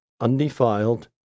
undefiled